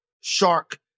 shark